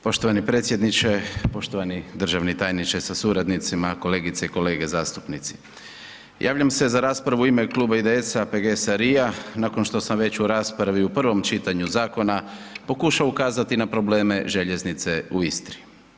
Poštovani predsjedniče, poštovani državni tajniče sa suradnicima, kolegice i kolege zastupnici, javljam se za raspravu u ime Kluba IDS-a, PGS-a, LRI-a nakon što sam već u raspravi u prvom čitanju zakona pokušao ukazati na probleme željeznice u Istri.